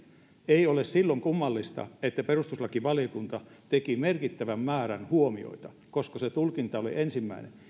ei ole silloin kummallista että perustuslakivaliokunta teki merkittävän määrän huomioita koska se tulkinta oli ensimmäinen